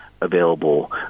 available